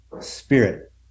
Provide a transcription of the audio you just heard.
spirit